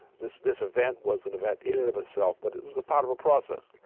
this this event was an event in and of itself, but it was a part of a process.